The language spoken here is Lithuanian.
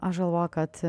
aš galvoju kad